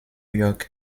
york